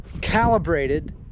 calibrated